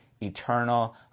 eternal